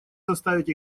заставить